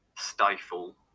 stifle